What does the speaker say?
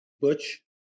Butch